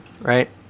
Right